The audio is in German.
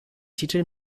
titel